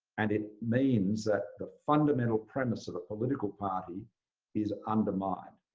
and it means that the fundamental premise of a political party is undermined.